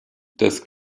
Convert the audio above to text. des